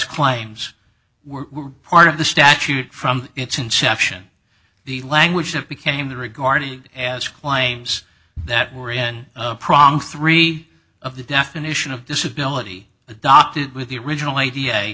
claims were part of the statute from its inception the language that became the regarded as claims that were in prong three of the definition of disability adopted with the original idea